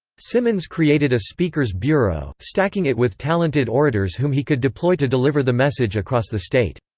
simmons created a speakers bureau, stacking it with talented orators whom he could deploy to deliver the message across the state.